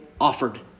offered